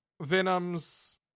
venom's